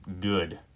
good